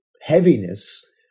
heaviness